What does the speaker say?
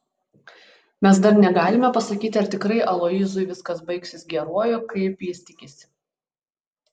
mes dar negalime pasakyti ar tikrai aloyzui viskas baigsis geruoju kaip jis tikisi